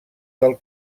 del